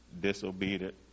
disobedient